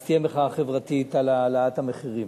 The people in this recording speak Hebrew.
אז תהיה מחאה חברתית על העלאת המחירים.